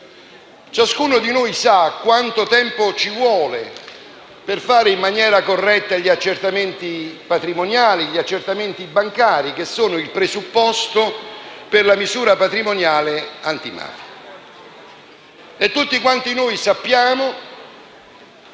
Ciascuno di noi sa quanto tempo occorre per svolgere in maniera corretta gli accertamenti patrimoniali e bancari, che sono il presupposto per la misura patrimoniale antimafia. E tutti quanti noi sappiamo